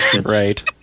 Right